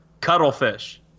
Cuttlefish